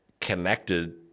connected